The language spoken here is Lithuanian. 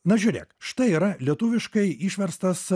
na žiūrėk štai yra lietuviškai išverstas